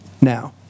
Now